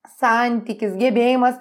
santykis gebėjimas